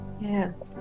Yes